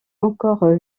encore